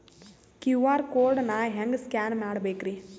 QR code ನಾ ಹೆಂಗ scan ಮಾಡಬೇಕ್ರಿ?